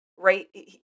right